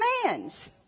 commands